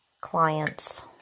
clients